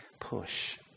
push